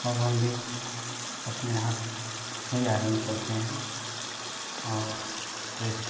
और हम भी अपने हाथ से ही आयरन करते हैं और प्रेस